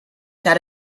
set